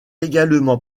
également